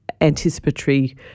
anticipatory